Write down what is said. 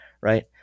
right